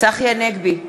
צחי הנגבי,